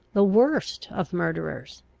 the worst of murderers.